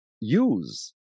use